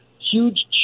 huge